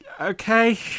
okay